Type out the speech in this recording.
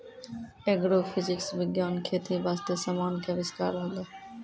agrophysics विज्ञान खेती बास्ते समान के अविष्कार होलै